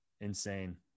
Insane